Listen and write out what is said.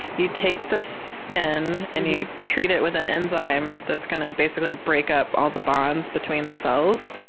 you take the skin and you treat it with an enzyme that's going to basically break up all the bonds between the cells.